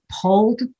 pulled